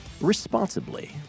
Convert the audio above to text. responsibly